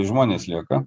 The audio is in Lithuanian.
žmonės lieka